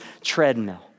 treadmill